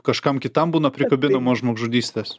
kažkam kitam būna prikabinamos žmogžudystės